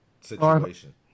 situation